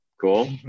Cool